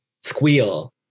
squeal